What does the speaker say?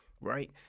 right